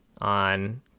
on